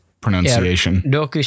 Pronunciation